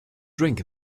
drink